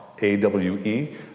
A-W-E